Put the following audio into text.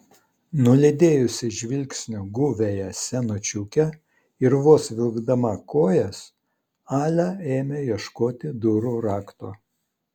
nulydėjusi žvilgsniu guviąją senučiukę ir vos vilkdama kojas alia ėmė ieškoti durų rakto